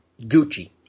Gucci